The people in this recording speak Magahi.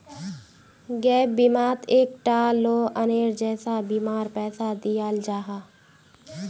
गैप बिमात एक टा लोअनेर जैसा बीमार पैसा दियाल जाहा